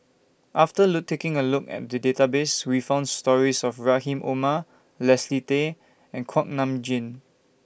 after taking A Look At The Database We found stories of Rahim Omar Leslie Tay and Kuak Nam Jin